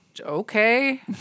okay